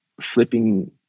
flipping